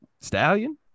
stallion